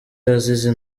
yazize